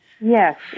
Yes